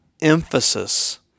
emphasis